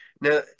now